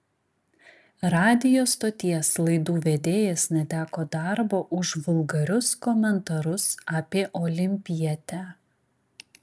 radijo stoties laidų vedėjas neteko darbo už vulgarius komentarus apie olimpietę